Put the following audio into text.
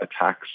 attacks